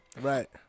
Right